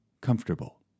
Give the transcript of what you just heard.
comfortable